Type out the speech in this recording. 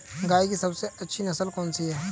गाय की सबसे अच्छी नस्ल कौनसी है?